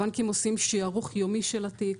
הבנקים עושים שערוך יומי של התיק,